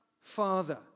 Father